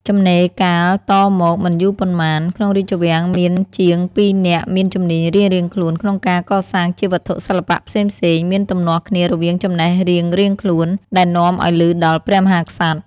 ចំណេរកាលតមកមិនយូរប៉ុន្មាន ក្នុងរាជវាំងមានជាងពីរនាក់មានជំនាញរៀងៗខ្លួនក្នុងការកសាងជាវត្ថុសិល្បៈផ្សេងៗ មានទំនាស់គ្នារវាងចំណេះរៀងៗខ្លួន ដែលនាំឱ្យឮដល់ព្រះមហាក្សត្រ។